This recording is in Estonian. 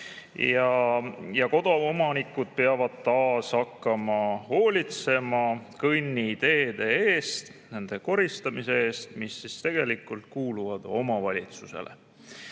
ja koduomanikud peavad taas hakkama hoolitsema kõnniteede eest, nende koristamise eest, mis tegelikult kuuluvad omavalitsusele.